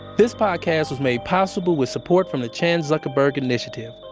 this podcast was made possible with support from the chan zuckerberg initiative.